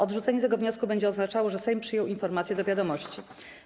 Odrzucenie tego wniosku będzie oznaczało, że Sejm przyjął informację do wiadomości.